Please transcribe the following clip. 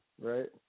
right